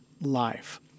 life